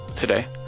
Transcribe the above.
today